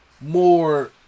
more